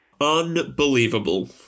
Unbelievable